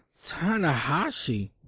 Tanahashi